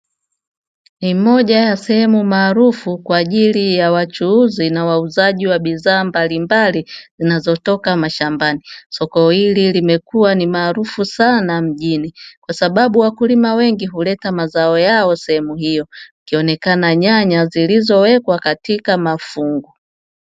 Ni moja ya sehemu maarufu kwa ajili ya wachuuzi na wauzaji wa bidhaa mbalimbali zinazotoka mashambani, soko hili limekua ni maarufu sana mjini, kwasababu wakulima wengi huleta mazao yao sehemu hiyo, ikionekana nyanya zilizowekwa katika mafungu.